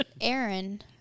Aaron